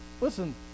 listen